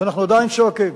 ואנחנו עדיין צועקים.